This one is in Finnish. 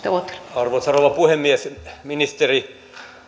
arvoisa rouva puhemies ministeri